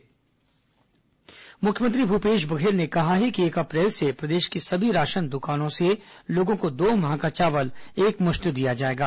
corona मुख्यमंत्री जायजा मुख्यमंत्री भूपेश बघेल ने कहा है कि एक अप्रैल से प्रदेश की सभी राशन दुकानों से लोगों को दो माह का चावल एकमुश्त दिया जाएगा